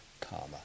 karma